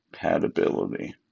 Compatibility